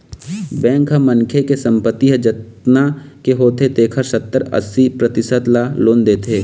bank ह मनखे के संपत्ति ह जतना के होथे तेखर सत्तर, अस्सी परतिसत ल लोन देथे